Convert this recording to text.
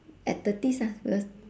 at thirties ah